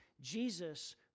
Jesus